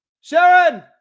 Sharon